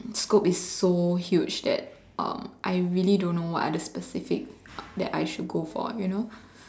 scope is so huge that um I really don't know what are the specific that I should go for you know